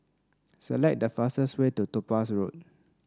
select the fastest way to Topaz Road